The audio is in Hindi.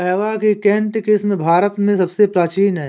कहवा की केंट किस्म भारत में सबसे प्राचीन है